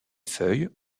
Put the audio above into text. feuilles